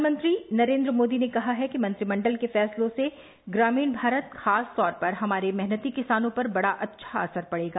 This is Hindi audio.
प्रधानमंत्री नरेन्द्र मोदी ने कहा है कि मंत्रिमंडल के फैसलों से ग्रामीण भारत खासतौर पर हमारे मेहनती किसानों पर बड़ा अच्छा असर पड़ेगा